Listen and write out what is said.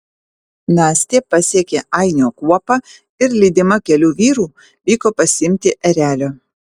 nastė pasiekė ainio kuopą ir lydima kelių vyrų vyko pasiimti erelio